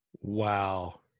Wow